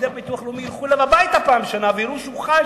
שפקידי ביטוח לאומי ילכו אליו הביתה פעם בשנה ויראו שהוא חי,